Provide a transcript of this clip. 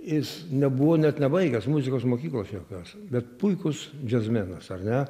jis nebuvo net nebaigęs muzikos mokyklos jokios bet puikus džiazmenas ar ne